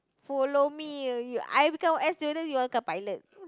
follow me uh I become air stewardess you want become pilot